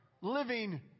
living